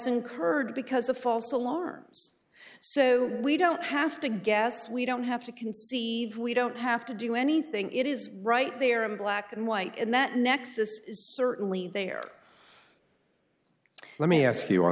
incurred because of false alarms so we don't have to guess we don't have to conceive we don't have to do anything it is right there in black and white and that nexus certainly there let me ask you on